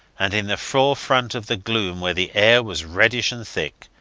and in the forefront of the gloom, where the air was reddish and thick,